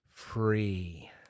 free